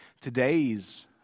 today's